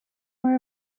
were